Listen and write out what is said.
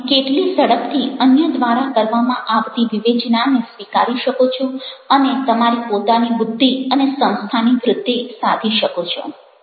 તમે કેટલી ઝડપથી અન્ય દ્વારા કરવામાં આવતી વિવેચનાને સ્વીકારી શકો છો અને તમારી પોતાની બુદ્ધિ અને સંસ્થાની વ્રુદ્ધિ સાધી શકો છો